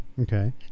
okay